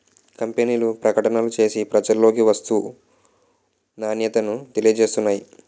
కంపెనీలు ప్రకటనలు చేసి ప్రజలలోకి వస్తువు నాణ్యతను తెలియజేస్తున్నాయి